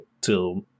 till